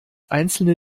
einzelne